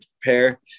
prepare